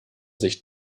sich